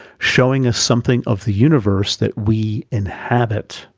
showing us something of the universe that we inhabit.